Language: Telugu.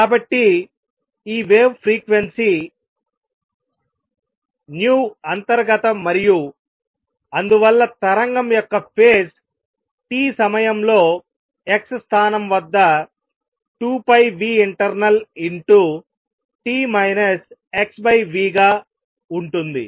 కాబట్టి ఈ వేవ్ ఫ్రీక్వెన్సీ nu అంతర్గత మరియు అందువల్ల తరంగం యొక్క ఫేజ్ t సమయంలో x స్థానం వద్ద 2πinternalt xv గా ఉంటుంది